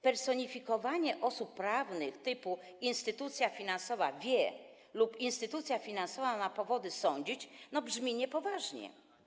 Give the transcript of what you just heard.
Personifikowanie osób prawnych typu „instytucja finansowa wie” lub „instytucja finansowa ma powody sądzić” brzmi niepoważnie.